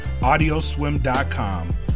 Audioswim.com